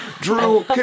Drew